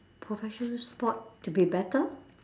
professional sport to be better